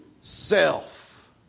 self